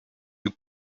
you